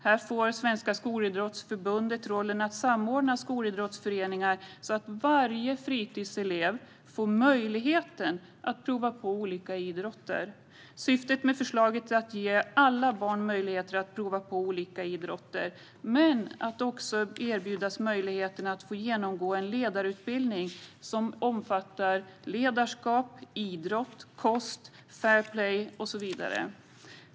Här får Svenska Skolidrottsförbundet rollen att samordna sina skolidrottsföreningar så att varje fritiselev får möjligheten att prova på olika idrotter. Syftet med förslaget är att ge alla barn möjlighet att prova på olika idrotter liksom att de också ska erbjudas möjligheten att genomgå en ledarutbildning som innefattar ledarskap, idrott, kost, fair play och så vidare.